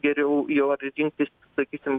geriau jau ar rinktis sakysim